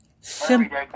Simple